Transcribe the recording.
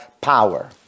power